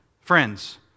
friends